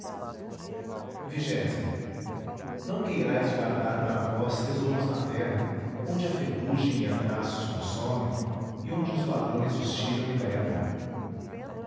ara ão queirais guardar para vós tesouros na terra onde a ferrugem e a traça os consomem e donde os ladrões os tiram e levam